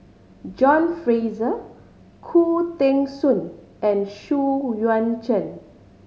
John Fraser Khoo Teng Soon and Xu Yuan Zhen